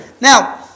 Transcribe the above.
Now